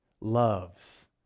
loves